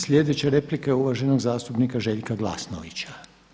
Sljedeća replika je uvaženog zastupnika Željka Glasnovića.